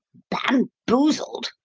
bamboozled,